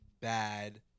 bad